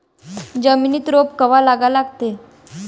जमिनीत रोप कवा लागा लागते?